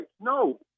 No